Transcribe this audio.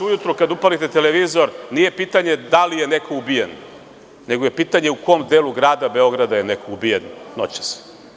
Ujutru kad upalite televizor nije pitanje da li je neko ubijen, nego je pitanje u kom delu Grada Beograda je neko ubijen noćas?